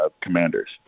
commanders